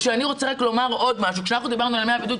כשאנחנו דיברנו על ימי הבידוד,